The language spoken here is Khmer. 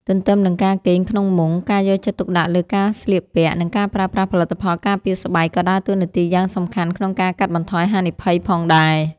ទន្ទឹមនឹងការគេងក្នុងមុង ការយកចិត្តទុកដាក់លើការស្លៀកពាក់ និងការប្រើប្រាស់ផលិតផលការពារស្បែកក៏ដើរតួនាទីយ៉ាងសំខាន់ក្នុងការកាត់បន្ថយហានិភ័យផងដែរ។